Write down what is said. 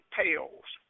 pales